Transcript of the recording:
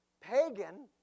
pagan